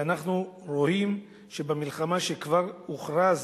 ואנחנו רואים שבמלחמה שכבר הוכרזה